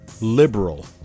liberal